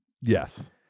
Yes